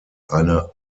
eine